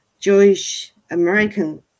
Jewish-American